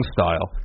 Style